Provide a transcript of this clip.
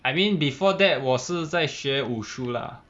I mean before that 我是在学武术 lah